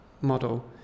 model